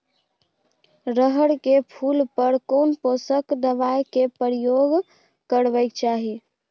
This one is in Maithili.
रहर के फूल पर केना पोषक दबाय के प्रयोग करबाक चाही?